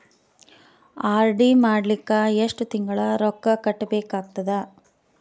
RD ಮಾಡಲಿಕ್ಕ ಎಷ್ಟು ತಿಂಗಳ ರೊಕ್ಕ ಕಟ್ಟಬೇಕಾಗತದ?